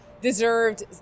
deserved